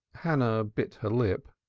hannah bit her lip,